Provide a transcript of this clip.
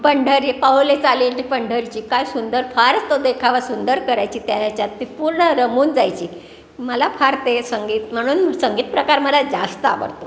पंढरी पाऊले चालली पंढरीची काय सुंदर फारच तो देखावा सुंदर करायची त्या ह्याच्यात ती पूर्ण रमून जायची मला फार ते संगीत म्हणून संगीत प्रकार मला जास्त आवडतो